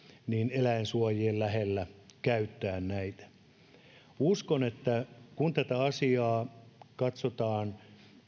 eläinsuojien välittömässä läheisyydessä käyttää uskon että kun tätä asiaa katsotaan